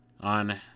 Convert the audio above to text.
on